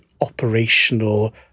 operational